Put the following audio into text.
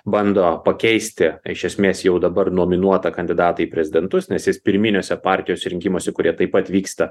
bando pakeisti iš esmės jau dabar nominuotą kandidatą į prezidentus nes jis pirminiuose partijos rinkimuose kurie taip pat vyksta